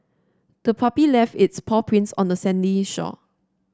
the puppy left its paw prints on the sandy shore